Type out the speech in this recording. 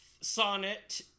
sonnet